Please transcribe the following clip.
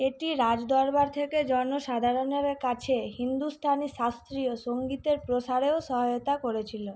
এটি রাজদরবার থেকে জনসাধারণের কাছে হিন্দুস্তানি শাস্ত্রীয় সঙ্গীতের প্রসারেও সহায়তা করেছিল